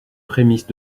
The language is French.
prémices